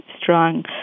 strong